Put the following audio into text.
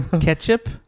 Ketchup